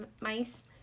mice